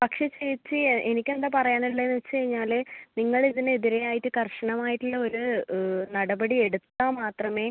പക്ഷെ ചേച്ചി എനിക്ക് എന്താണ് പറയാൻ ഉള്ളതെന്ന് വച്ച് കഴിഞ്ഞാൽ നിങ്ങൾ ഇതിനെതിരെ ആയിട്ട് കർശനമായിട്ടുള്ള ഒരു നടപടി എടുത്താൽ മാത്രമേ